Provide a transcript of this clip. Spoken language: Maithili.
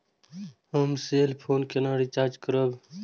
हम सेल फोन केना रिचार्ज करब?